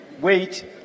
wait